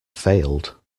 failed